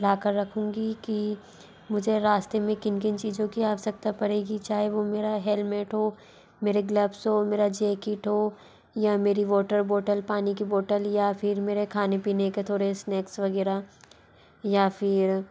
ला कर रखूँगी कि मुझे रास्ते में किन किन चीज़ों की आवश्यकता पड़ेगी चाहे वो मेरा हेलमेट हो मेरे ग्लब्स हो मेरा जैकेट हो या मेरी वॉटर बॉटल पानी की बॉटल या मेरे खाने पीने का थोड़ा स्नैक्स वग़ैरह या फिर